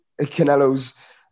Canelo's